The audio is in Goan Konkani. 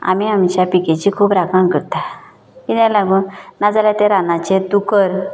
आमी आमच्या पिकेची खूब राखण करता किद्या लागोन नाजाल्या त्या रानाचे दुकर